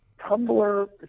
Tumblr